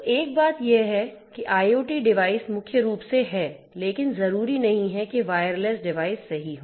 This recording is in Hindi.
तो एक बात यह है कि IoT डिवाइस मुख्य रूप से हैं लेकिन जरूरी नहीं कि वायरलेस डिवाइस सही हों